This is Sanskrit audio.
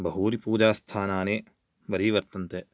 बहूनि पूजास्थानानि वरीवर्तन्ते